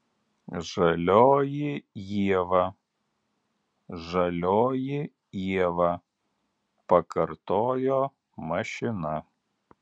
žalioji ieva žalioji ieva pakartojo mašina